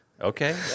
Okay